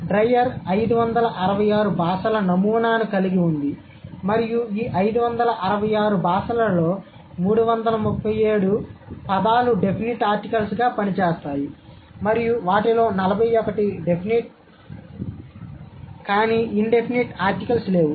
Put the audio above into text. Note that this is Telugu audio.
డ్రైయర్ 566 భాషల నమూనాను కలిగి ఉంది మరియు ఈ 566లో 337 పదాలు డెఫినిట్ ఆర్టికల్స్గా పనిచేస్తాయి మరియు వాటిలో 41 డెఫినిట్ కానీ ఇన్ డెఫినిట్ ఆర్టికల్స్ లేవు